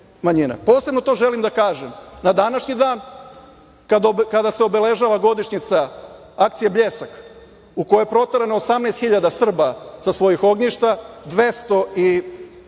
manjina. Posebno to želim da kažem na današnji dan kada se obeležava godišnjica akcije „Bljesak“, u kojoj je proterano 18.000 Srba sa svojih ognjišta, 283 ih